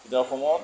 তেতিয়া অসমত